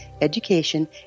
education